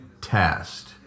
test